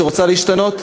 שרוצה להשתנות,